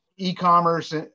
E-commerce